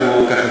ככה,